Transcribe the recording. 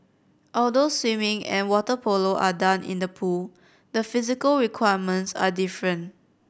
although swimming and water polo are done in the pool the physical requirements are different